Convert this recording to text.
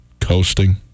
coasting